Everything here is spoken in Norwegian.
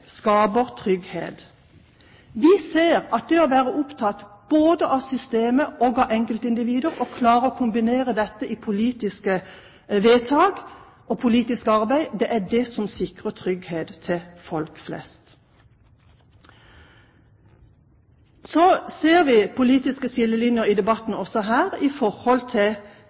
trygghet. Vi ser at det å være opptatt både av systemet og av enkeltindivider og klare å kombinere dette i politiske vedtak og politisk arbeid, er det som sikrer trygghet til folk flest. Så ser vi politiske skillelinjer i debatten også her, i